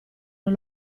non